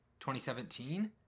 2017